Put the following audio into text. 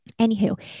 anywho